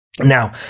Now